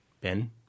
Ben